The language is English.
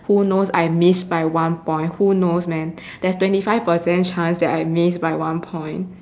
who knows I missed by one point who knows man there is twenty five percent chance that I missed by one point